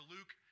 Luke